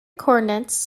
coordinates